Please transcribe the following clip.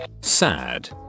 Sad